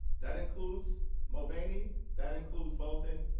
that includes mulvaney, that includes bolton,